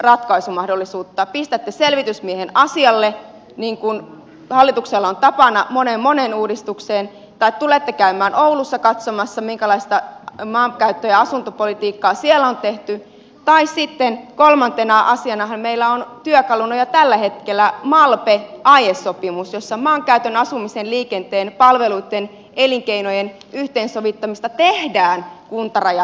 pistätte selvitysmiehen asialle niin kuin hallituksella on tapana monessa monessa uudistuksessa tai tulette käymään oulussa katsomassa minkälaista maankäyttö ja asuntopolitiikkaa siellä on tehty tai sitten kolmantena asianahan meillä on työkaluna jo tällä hetkellä malpe aiesopimus jossa maankäytön asumisen liikenteen palveluitten elinkeinojen yhteensovittamista tehdään kuntarajat ylittävällä yhteistyöllä